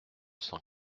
cent